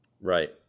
Right